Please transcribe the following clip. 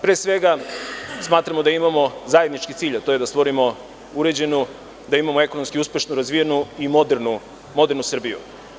Pre svega smatramo da imamo zajednički cilj, a to je da stvorimo uređenu, ekonomski uspešnu, razvijenu i modernu Srbiju.